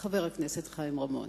חבר הכנסת רמון,